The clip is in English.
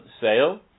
sale